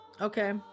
Okay